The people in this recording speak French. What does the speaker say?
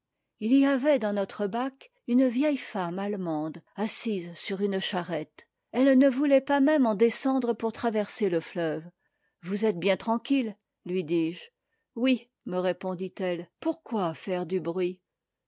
i y avait dans notre bac une vieille femme allemande assise sur une charrette elle ne voulait pas en descendre même pour traverser le neuve vous êtes bien tranquille lui dis-je oui me répondit-elle pourquoi faire du bruit